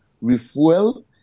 refuel